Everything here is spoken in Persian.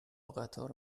قطار